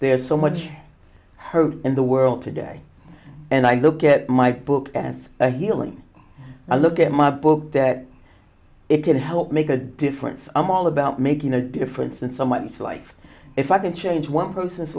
there's so much hope in the world today and i look at my book as a healing a look at my book that it can help make a difference i'm all about making a difference in someone's life if i can change one person's